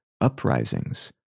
uprisings